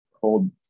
hold